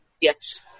Yes